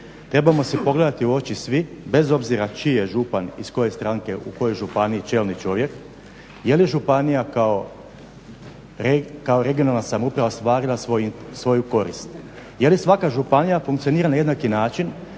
trebamo si pogledati u oči svi bez obzira čiji je župan iz koje je stranke u kojoj županiji čelni čovjek, jeli županija kao regionalna samouprava ostvarila svoju korist? Jeli svaka županija funkcionira na jednaki način